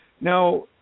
now